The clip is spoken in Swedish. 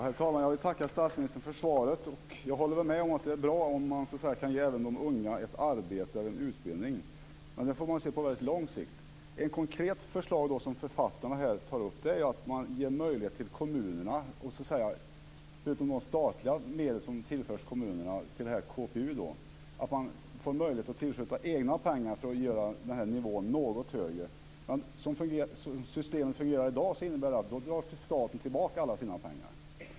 Herr talman! Jag vill tacka statsministern för svaret. Jag håller med om att det är bra om man kan ge även de unga ett arbete eller en utbildning, men det får man göra på väldigt lång sikt. Ett konkret förslag som författarna tar upp är att man ger kommunerna möjlighet att tillskjuta egna pengar - förutom de statliga medel som tillförs kommunerna för KPU - för att göra nivån något högre. Som systemet fungerar i dag innebär det att staten då drar tillbaka alla sina pengar.